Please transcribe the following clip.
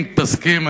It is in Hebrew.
אם תסכים,